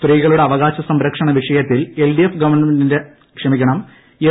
സ്ത്രീകളുടെ അവകാശ സംരക്ഷണവിഷയത്തിൽ എൽ